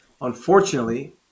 unfortunately